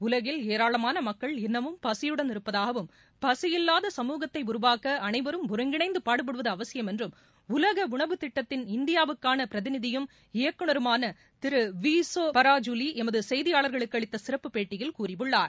உலகில் ஏராளமான மக்கள் இன்னமும் பசியுடன் இருப்பதாகவும் பசியில்வாத சமூகத்தை உருவாக்க அனைவரும் ஒருங்கிணைந்து பாடுபடுவது அவசியம் என்றும் உலக உணவு திட்டத்தின் இந்தியாவுக்கான பிரதிநிதியும் இயக்குநருமான திரு வீசோ பராஜூவி எமது செய்தியாளருக்கு அளித்த சிறப்புப் பேட்டியில் கூறியுள்ளார்